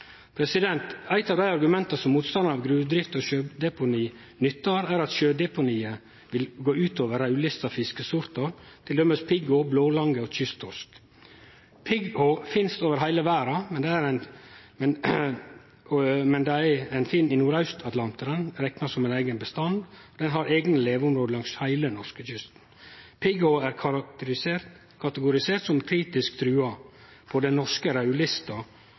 av dei argumenta som motstandarane av gruvedrift og sjødeponi nyttar, er at sjødeponiet vil gå ut over raudlista fiskesortar, t.d. pigghå, blålange og kysttorsk. Pigghå finst over heile verda, men den ein finn i Nordaustatlanteren, blir rekna som ein eigen bestand. Den har eigne leveområde langs heile norskekysten. Pigghå er kategorisert som «kritisk trua» på den norske